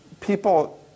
people